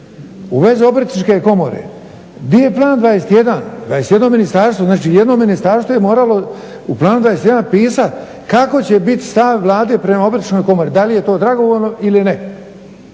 U vezi obrtničke komore, di je Plan 21, 21 ministarstvo, znači 1 ministarstvo je moralo u Planu 21 pisat kakav će bit stav Vlade prema obrtničkoj komori, da li je to dragovoljno ili ne.